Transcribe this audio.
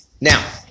Now